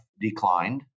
declined